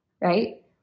right